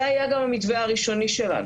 זה היה גם המתווה הראשוני שלנו.